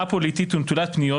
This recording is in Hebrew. א-פוליטית ונטולת פניות,